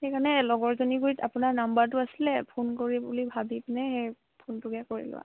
সেইকাৰণে লগৰজনীৰ গুৰিত আপোনাৰ নাম্বাৰটো আছিলে ফোন কৰি বুলি ভাবি পিনে সেই ফোনটোকে কৰিলোঁ আৰু